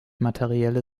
materielle